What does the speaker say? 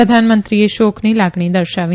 પ્રધાનમંત્રીએ શોકની લાગણી દર્શાવી